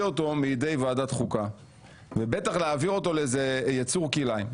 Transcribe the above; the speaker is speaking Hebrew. אותו מידי ועדת החוקה ובטח להעביר אותו לאיזה יצור כלאיים.